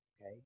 Okay